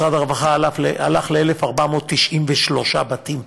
משרד הרווחה הלך ל-1,493 בתים,